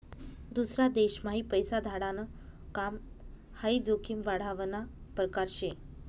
दूसरा देशम्हाई पैसा धाडाण काम हाई जोखीम वाढावना परकार शे